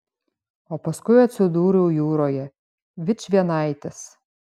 o paskui atsidūriau jūroje vičvienaitis